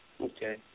Okay